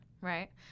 Right